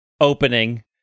opening